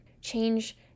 change